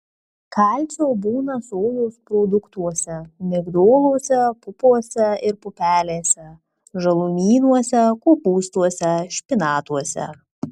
kalcio būna sojos produktuose migdoluose pupose ir pupelėse žalumynuose kopūstuose špinatuose